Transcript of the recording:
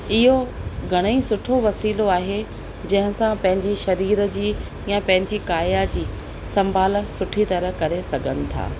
इहो घणेई सुठो वसीलो आहे जंहिंसां पंहिंजी सरीर जी या पंहिंजी काया जी संभाल सुठी तरह करे सघनि था